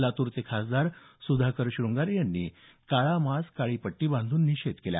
लातूरचे खासदार सुधाकरराव श्रंगारे यांनी काळा मास्क काळी पट्टी बांधून निषेध व्यक्त केला